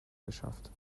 geschafft